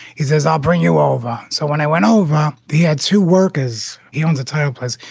he says, i'll bring you over. so when i went over, he had to work as he owns a tile place,